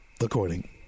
according